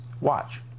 Watch